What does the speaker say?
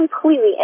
completely